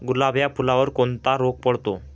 गुलाब या फुलावर कोणता रोग पडतो?